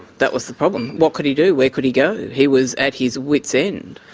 that was the problem. what could he do? where could he go? he was at his wits' end.